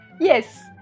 Yes